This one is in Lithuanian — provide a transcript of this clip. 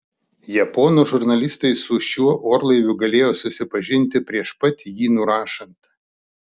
japonų žurnalistai su šiuo orlaiviu galėjo susipažinti prieš pat jį nurašant